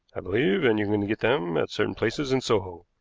i believe, and you can get them at certain places in soho.